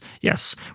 yes